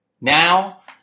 now